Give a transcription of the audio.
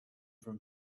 from